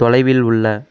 தொலைவில் உள்ள